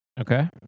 Okay